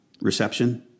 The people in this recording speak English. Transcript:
reception